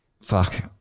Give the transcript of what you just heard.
fuck